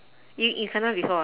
you you kena before ah